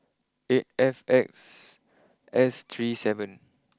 eight F X S three seven